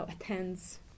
attends